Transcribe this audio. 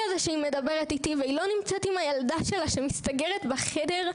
הזה שהיא מדברת איתי ולא נמצאת עם הילדה שלה שמסתגרת בחדר,